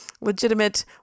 legitimate